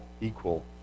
equal